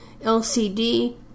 LCD